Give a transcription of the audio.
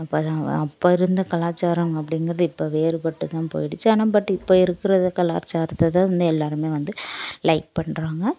இப்போ அப்போருந்த கலாச்சாரம் அப்படிங்கிறது இப்போ வேறுபட்டுதான் போயிடுச்சு ஆனால் பட் இப்போ இருக்கிற கலாச்சாரத்தை தான் வந்து எல்லோருமே வந்து லைக் பண்ணுறாங்க